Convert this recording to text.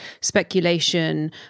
speculation